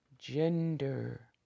Gender